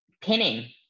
pinning